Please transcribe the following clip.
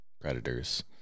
predators